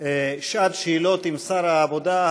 לשעת שאלות לשר העבודה,